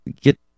get